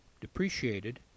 depreciated